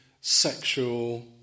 sexual